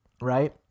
right